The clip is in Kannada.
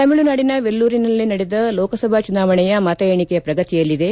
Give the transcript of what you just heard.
ತಮಿಳುನಾಡಿನ ವೆಲ್ಲೂರಿನಲ್ಲಿ ನಡೆದ ಲೋಕಸಭಾ ಚುನಾವಣೆಯ ಮತ ಎಣಿಕೆಯು ಪ್ರಗತಿಯಲ್ಲಿದೆ